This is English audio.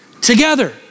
together